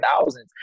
thousands